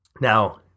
Now